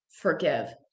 forgive